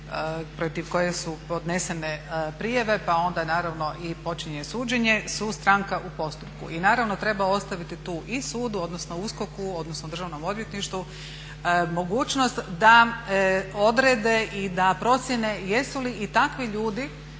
protiv kojih su podnesene prijave pa onda naravno i počinje suđenje su stranka u postupku. I naravno treba ostaviti tu i sudu, odnosno USKOK-u, odnosno Državnom odvjetništvu mogućnost da odrede i da procijene jesu li i takvi ljudi